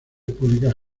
públicas